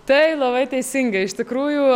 taip labai teisingai iš tikrųjų